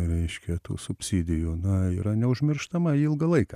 reiškia tų subsidijų na yra neužmirštama ilgą laiką